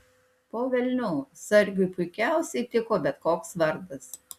po velnių sargiui puikiausiai tiko bet koks vardas